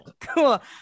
Cool